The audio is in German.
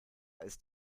ist